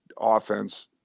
offense